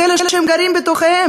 את אלה שהם גרים בתוכם,